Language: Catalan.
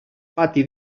pati